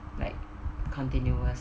like continuous